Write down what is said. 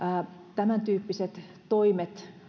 tämäntyyppiset toimet